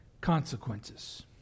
consequences